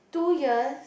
two years